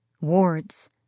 Wards